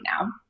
now